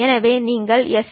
எனவே நீங்கள் எஸ்